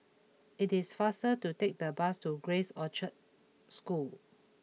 it is faster to take the bus to Grace Orchard School